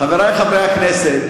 חברי חברי הכנסת,